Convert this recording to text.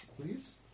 please